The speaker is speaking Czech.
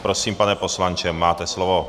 Prosím, pane poslanče, máte slovo.